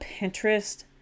Pinterest